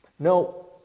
No